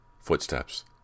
Footsteps